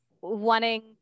wanting